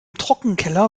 trockenkeller